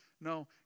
No